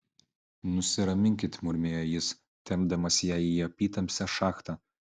nusiraminkit murmėjo jis tempdamas ją į apytamsę šachtą